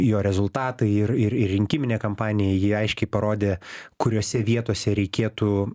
jo rezultatai ir ir ir rinkiminė kampanija jie aiškiai parodė kuriose vietose reikėtų